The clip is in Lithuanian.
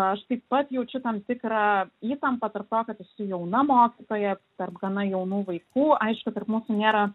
aš taip pat jaučiu tam tikrą įtampą tarp to kad esu jauna mokytoja tarp gana jaunų vaikų aišku tarp mūsų nėra